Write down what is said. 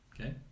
Okay